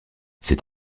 c’est